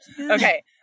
Okay